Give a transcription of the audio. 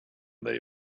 they